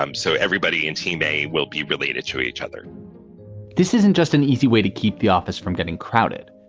um so everybody in team day will be related to each other this isn't just an easy way to keep the office from getting crowded.